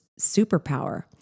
superpower